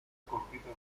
colpita